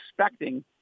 expecting